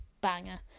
banger